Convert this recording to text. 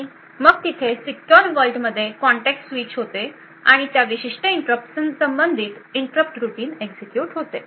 आणि मग तिथे सिक्योर वर्ल्ड मध्ये कन्टॅक्स्टस्विच होते आणि त्या विशिष्ट इंटरप्ट संबंधित इंटरप्ट रुटीन एक्झिक्युट होते